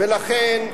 ולכן,